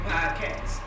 Podcast